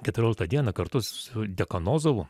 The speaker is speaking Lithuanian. keturioliktą dieną kartu su dekanozovu